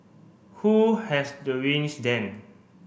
who has the reins then